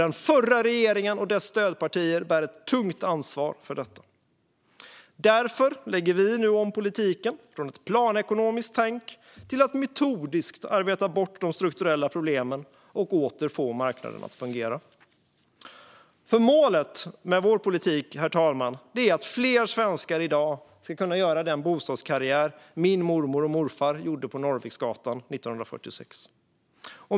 Den förra regeringen och dess stödpartier bär ett tungt ansvar för detta. Därför lägger vi nu om politiken från ett planekonomiskt tänk till att metodiskt arbeta bort de strukturella problemen och åter få marknaden att fungera. Herr talman! Målet med vår politik är att fler svenskar i dag ska kunna göra den bostadskarriär min mormor och morfar gjorde på Norrviksgatan 1946.